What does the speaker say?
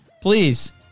please